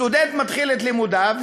סטודנט מתחיל את לימודיו,